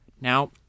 Now